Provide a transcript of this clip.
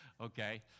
okay